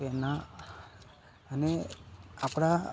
એના અને આપણા